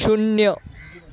शून्य